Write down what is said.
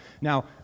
Now